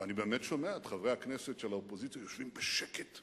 ואני באמת שומע את חברי הכנסת של האופוזיציה יושבים בשקט,